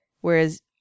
Whereas